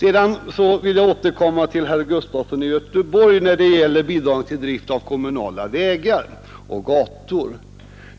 Jag vill härefter återkomma till vad herr Gustafson i Göteborg sade om bidragen till drift av kommunala vägar och gator.